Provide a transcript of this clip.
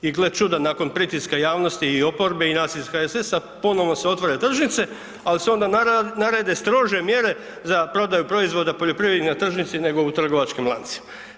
I gle čuda, nakon pritiska javnosti i oporbe i nas iz HSS-a ponovo se otvaraju tržnice, ali se onda narede strožije mjere za prodaju proizvoda poljoprivrednih na tržnici nego u trgovačkim lancima.